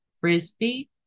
frisbee